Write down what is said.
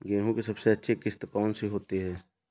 गेहूँ की सबसे अच्छी किश्त कौन सी होती है?